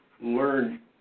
learn